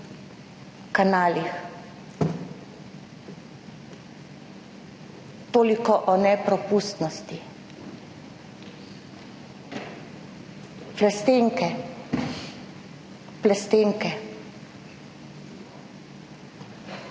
kanalih, toliko o nepropustnosti. Plastenke, plastenke.